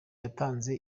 yatanze